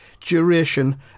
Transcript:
duration